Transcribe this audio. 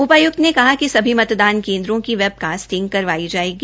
उपाय्क्त ने कहा कि सभी मतदान केंद्रों की वैब कास्टिंग करवाई जाएगी